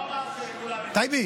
לא, הוא לא אמר שלכולם יש ייצוג.